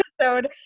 episode